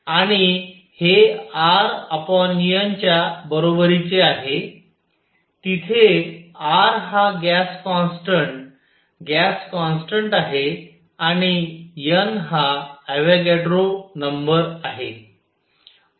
आणि हे R N च्या बरोबरीचे आहे जिथे R हा गॅस कॉन्स्टंट गॅस कॉन्स्टंट आहे आणि N हा अवोगॅड्रो नंबर आहे